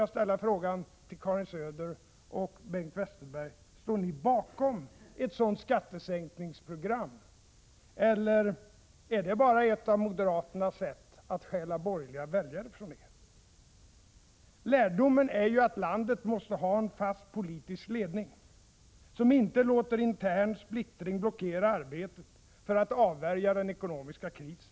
Jag måste fråga Karin Söder och Bengt Westerberg: Står ni bakom ett sådant skattesänkningsprogram, eller är det bara ett av moderaternas sätt att stjäla borgerliga väljare från er? Lärdomen är att landet måste ha en fast politisk ledning — en regering som inte låter intern splittring blockera arbetet för att avvärja den ekonomiska krisen.